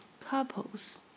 couples